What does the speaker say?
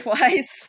Wise